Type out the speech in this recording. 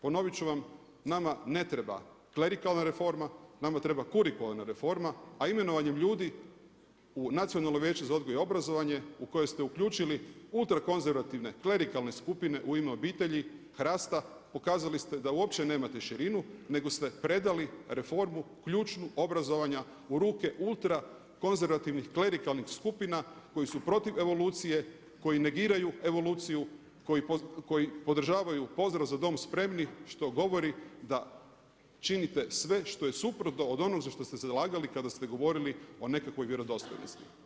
Ponovit ću vam, nama ne treba klerikalna reforma, nama treba kurikuralna reforma, a imenovanjem ljudi u Nacionalno vijeće za odgoj i obrazovanje u koju ste uključili ultrakonzervativne, klerikalne skupine „U ime obitelji“, HRAST-a pokazali ste da uopće nemate širinu nego ste predali reformu ključnu obrazovanja u ruke ultrakonzervativnih klerikalnih skupina koji su protiv evolucije, koji negiraju evoluciju, koji podržavaju pozdrav „Za dom spremni!“ što govori da činite sve što je suprotno od onoga za što se zalagali kada ste govorili o nekakvoj vjerodostojnosti.